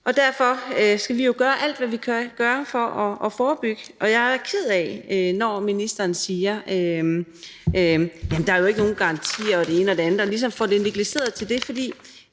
Derfor skal vi jo gøre alt, hvad vi kan gøre, for at forebygge. Jeg er ked af, når ministeren siger: Jamen der er jo ikke nogen garantier og det ene og det andet, og